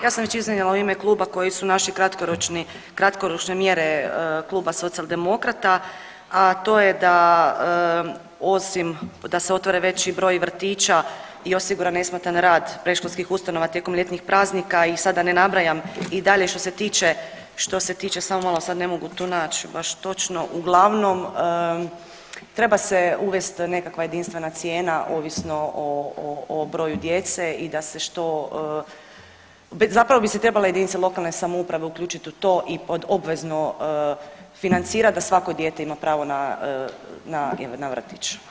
Ja sam već iznijela u ime kluba koji su naši kratkoročni, kratkoročne mjere Kluba Socijaldemokrata, a to je da osim da se otvori veći broj vrtića i osigura nesmetan rad predškolskih ustanova tijekom ljetnih praznika i sada da ne nabrajam i dalje što se tiče, samo malo sada ne mogu tu naći baš točno, uglavnom treba se uvesti nekakva jedinstvena cijena ovisno o broju djece i da se što, zapravo bi se trebale jedinice lokalne samouprave uključiti u to i pod obvezno financirati da svako dijete ima pravo na vrtić.